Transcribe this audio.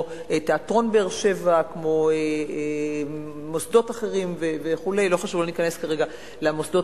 מהתקנה הזאת, שלראשונה תינתן ממש בימים